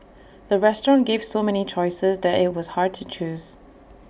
the restaurant gave so many choices that IT was hard to choose